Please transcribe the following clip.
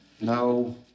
No